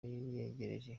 yegereje